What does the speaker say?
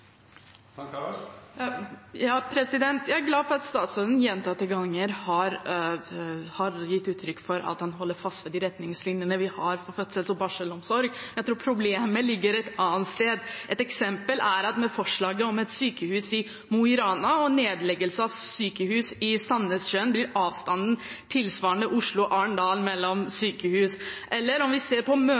Jeg er glad for at statsråden gjentatte ganger har gitt uttrykk for at han holder fast ved de retningslinjene vi har for fødsels- og barselomsorg, men jeg tror problemet ligger et annet sted. Et eksempel er at med forslaget om et sykehus i Mo i Rana og nedleggelse av sykehus i Sandnessjøen blir avstanden tilsvarende Oslo–Arendal mellom sykehus. Eller om vi ser på